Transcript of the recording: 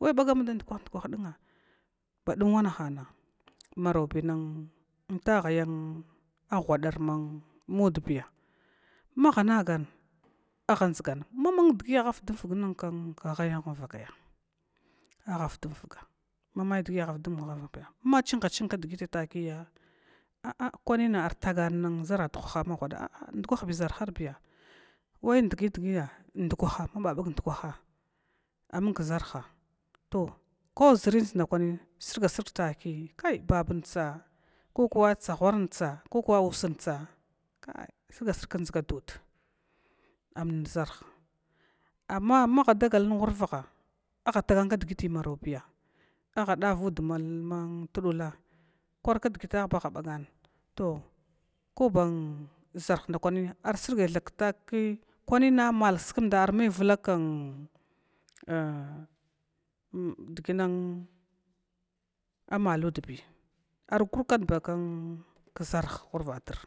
Wai bagamda dukwah dukwah damn badum wannahan marobi nn nn tahayan a hwadr mudbiya, maha nagan aha dʒgan mamai dgi aha fdmfg nn khai mavakaya, aha fdmfga mami dgi afdm yaya machiha ching kdgiti takiya a a kwanina artagan n ʒarara dughaha aa ndukwahbi ʒarharye we dgi dgiya ndukwaha mama bag ndukwaha amung kʒarha to ko ʒrints srgasrg taki kai babr tsa kukuwa tsagharntsa, ko usntsa kai srga srg kdʒgadud am ʒarh, amma mahadagal ma whalvaha aha tagan kadgiti morodoiy a aha davud mtdula kwar kdgita baha bagana, to koban ʒarh ndakwani ar srgai tha ktaki kwanina mal skmda armevlak n dgina, ammaludbi ar kurkad bakn ʒarn